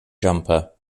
jumper